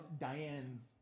Diane's